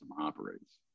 operates